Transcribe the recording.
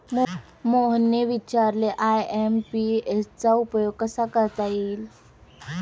मोहनने विचारले आय.एम.पी.एस चा उपयोग कसा करता येईल?